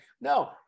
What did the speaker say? No